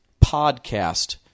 podcast